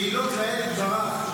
תהילות לאל יתברך,